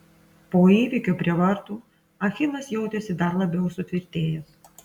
po įvykio prie vartų achilas jautėsi dar labiau sutvirtėjęs